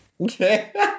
okay